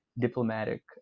diplomatic